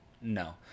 no